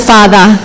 Father